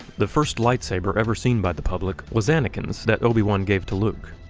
the first lightsaber ever seen by the public, was anakin's that obi-wan gave to luke.